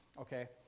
okay